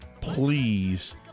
please